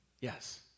yes